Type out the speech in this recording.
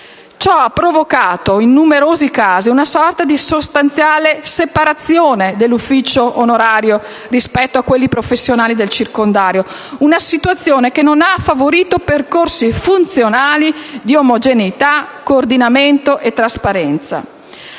Ciò ha provocato, in numerosi casi, una sorta di sostanziale separatezza dell'ufficio onorario rispetto a quelli professionali del circondario, una situazione che non ha favorito percorsi funzionali di omogeneità, coordinamento e trasparenza.